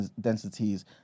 densities